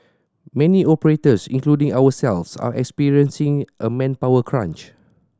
many operators including ourselves are experiencing a manpower crunch